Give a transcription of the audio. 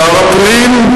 שר הפנים.